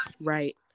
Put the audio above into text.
right